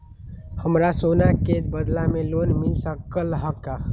हमरा सोना के बदला में लोन मिल सकलक ह?